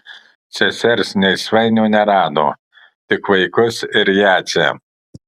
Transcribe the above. sesers nei svainio nerado tik vaikus ir jadzę